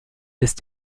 ist